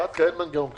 בפטקא אין מנגנון כזה.